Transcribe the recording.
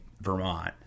Vermont